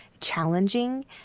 challenging